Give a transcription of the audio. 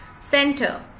center